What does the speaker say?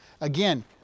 Again